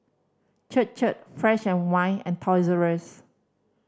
Chir Chir Fresh and White and Toys R Us